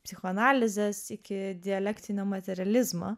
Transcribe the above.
psichoanalizės iki dialektinio materializmo